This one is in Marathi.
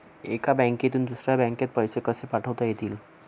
एका बँकेतून दुसऱ्या बँकेत पैसे कसे पाठवता येतील?